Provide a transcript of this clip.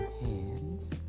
hands